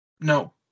No